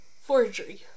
forgery